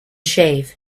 shave